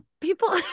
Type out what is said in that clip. People